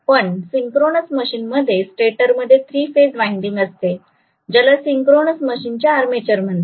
पण सिंक्रोनस मशीनमध्ये स्टेटर मध्ये थ्री फेज वाइंडिंग असते ज्याला सिंक्रोनस मशीन चे आर्मेचर म्हणतात